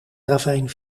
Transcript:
ravijn